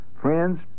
Friends